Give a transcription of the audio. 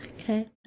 Okay